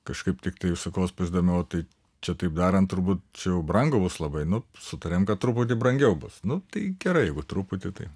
kažkaip tiktai užsakovas pasidomėjo o tai čia taip darant turbūt čia brangu bus labai nu sutarėm kad truputį brangiau bus nu tai gerai jei truputį tai